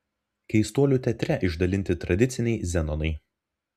keistuolių teatre išdalinti tradiciniai zenonai